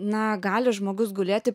na gali žmogus gulėti